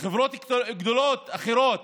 חברות גדולות, אחרות.